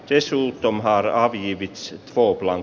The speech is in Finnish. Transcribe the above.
tiesulun tom harhakiivit s coupland